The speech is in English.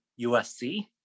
USC